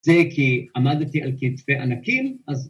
‫זה כי עמדתי על כתפי ענקים, ‫אז...